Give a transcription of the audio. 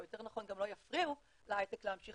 או יותר נכון גם לא יפריעו להייטק להמשיך